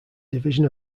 division